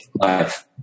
life